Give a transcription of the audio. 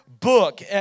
book